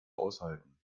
aushalten